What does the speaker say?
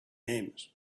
names